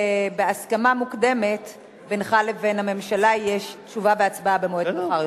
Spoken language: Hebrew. שבהסכמה מוקדמת בינך לבין הממשלה יש תשובה והצבעה במועד מאוחר יותר.